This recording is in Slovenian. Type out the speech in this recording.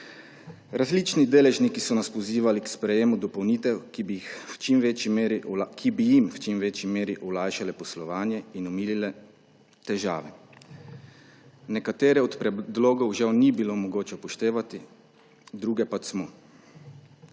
Različni deležniki so nas pozivali k sprejetju dopolnitev, ki bi v čim večji meri olajšale poslovanje in omilile težave. Nekaterih od predlogov, žal, ni bilo mogoče upoštevati, druge pač smo.